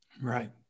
Right